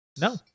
No